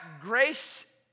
grace